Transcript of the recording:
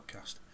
podcast